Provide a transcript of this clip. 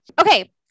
Okay